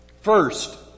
First